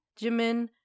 Jimin